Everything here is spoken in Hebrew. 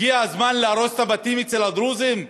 הגיע הזמן להרוס את הבתים אצל הדרוזים?